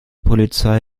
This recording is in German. polizei